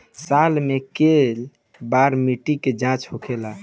साल मे केए बार मिट्टी के जाँच होखेला?